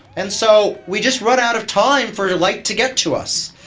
and so we just run out of time for light to get to us.